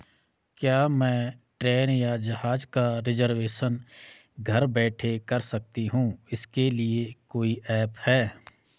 क्या मैं ट्रेन या जहाज़ का रिजर्वेशन घर बैठे कर सकती हूँ इसके लिए कोई ऐप है?